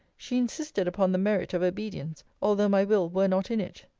she insisted upon the merit of obedience, although my will were not in it.